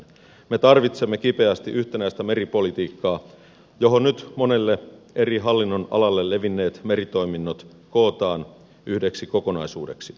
me tarvitsemme kipeästi yhtenäistä meripolitiikkaa johon nyt monelle eri hallinnonalalle levinneet meritoiminnot kootaan yhdeksi kokonaisuudeksi